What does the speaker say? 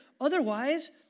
Otherwise